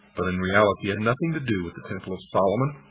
but in reality had nothing to do with the temple of solomon.